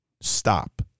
stop